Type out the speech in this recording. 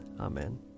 Amen